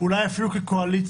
אולי אפילו כקואליציה,